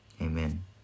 Amen